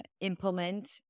implement